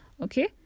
Okay